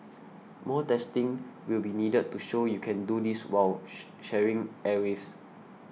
more testing will be needed to show you can do this while sharing airwaves